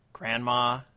Grandma